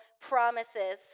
promises